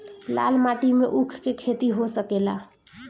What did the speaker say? लाल माटी मे ऊँख के खेती हो सकेला?